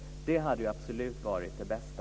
Det hade absolut varit det bästa.